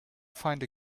find